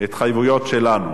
בהתחייבויות שלנו.